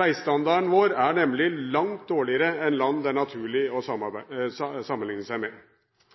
Veistandarden vår er nemlig langt dårligere enn i land det er naturlig å sammenligne seg med.